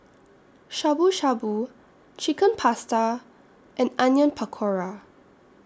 Shabu Shabu Chicken Pasta and Onion Pakora